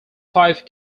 five